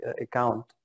account